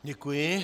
Děkuji.